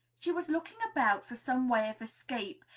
she was looking about for some way of escape,